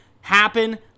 happen